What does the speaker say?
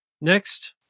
Next